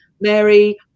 Mary